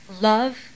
love